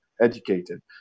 educated